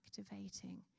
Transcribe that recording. activating